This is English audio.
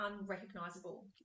unrecognizable